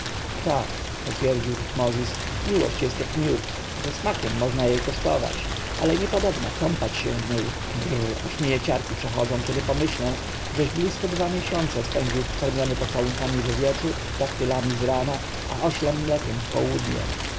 tak potwierdził tutmozis miłość jest jak miód ze smakiem można jej kosztować ale niepodobna kąpać się w niej brr aż mnie ciarki przechodzą kiedy pomyślę żeś blisko dwa miesiące spędził karmiony pocałunkami w wieczór daktylami z rana a oślem mlekiem w południe